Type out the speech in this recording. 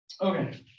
Okay